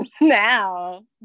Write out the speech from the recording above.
now